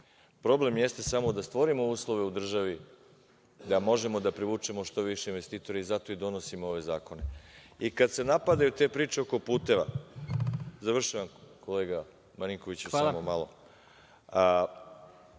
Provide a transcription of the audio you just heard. Problem jeste samo da stvorimo uslove u državi, da možemo da privučemo što više investitore i zato i donosimo ove zakone. Kada se napadaju te priče oko puteva, završavam kolega Marinkoviću, samo malo,